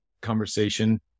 conversation